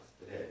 today